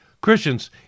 Christians